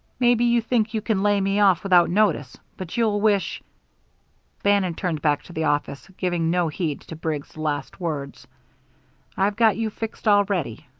maybe you think you can lay me off without notice but you'll wish bannon turned back to the office, giving no heed to briggs' last words i've got you fixed already.